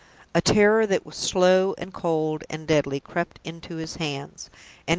a terror that was slow and cold and deadly crept into his hands,